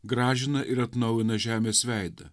gražina ir atnaujina žemės veidą